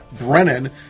Brennan